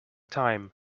time